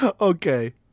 Okay